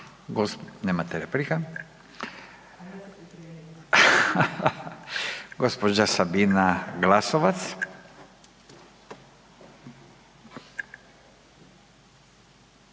Nemate replika. Gđa. Sabina Glasovac.